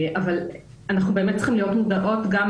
אבל אנחנו באמת צריכות להיות מודעות גם